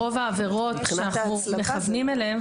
רוב העבירות שאנחנו מכוונים אליהן,